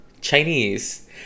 chinese